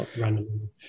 Random